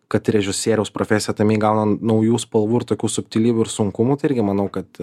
kad režisieriaus profesija tame įgauna naujų spalvų ir tokių subtilybių ir sunkumų tai irgi manau kad